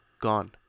gone